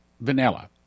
vanilla